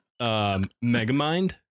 Megamind